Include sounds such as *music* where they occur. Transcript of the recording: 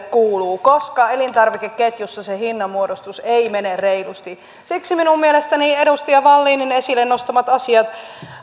*unintelligible* kuuluu koska elintarvikeketjussa se hinnanmuodostus ei mene reilusti siksi minun mielestäni edustaja wallinin esille nostamat asiat